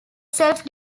self